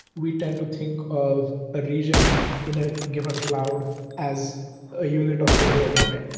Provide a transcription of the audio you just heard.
we tend to think of a region in a given cloud as a unit of failure domain.